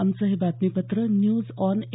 आमचं हे बातमीपत्र न्यूज ऑन ए